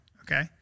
Okay